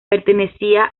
pertenecía